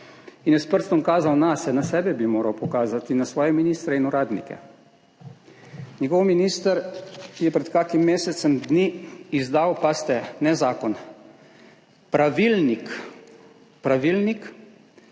in je s prstom kazal. Nase, na sebe bi moral pokazati, na svoje ministre in uradnike. Njegov minister je pred kakšnim mesecem dni izdal, pazite, ne zakon, pravilnik, Pravilnik